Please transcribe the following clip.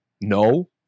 No